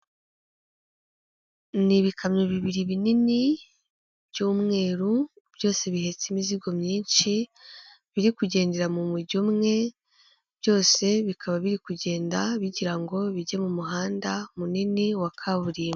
Ni ibikamyo bibiri binini by'umweru byose bihetse imizigo myinshi, biri kugendera mu mujyo umwe byose bikaba biri kugenda bigira ngo bijye mu muhanda munini wa kaburimbo.